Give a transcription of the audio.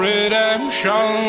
Redemption